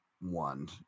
one